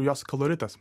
jos koloritas